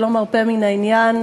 שלא מרפה מן העניין.